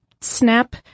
snap